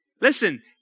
Listen